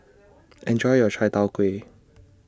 Enjoy your Chai Tow Kway